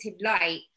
light